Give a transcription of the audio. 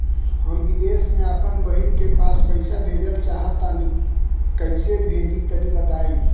हम विदेस मे आपन बहिन के पास पईसा भेजल चाहऽ तनि कईसे भेजि तनि बताई?